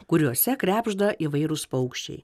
kuriuose krebžda įvairūs paukščiai